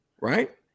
right